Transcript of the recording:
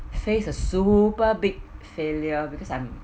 face a super big failure because I'm